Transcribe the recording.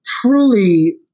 truly